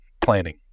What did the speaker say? planning